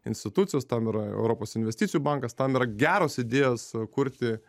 institucijos tam yra europos investicijų bankas tam yra geros idėjos kurti